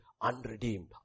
unredeemed